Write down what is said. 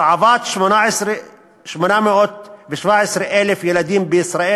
הרעבת 817,000 ילדים בישראל,